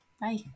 Bye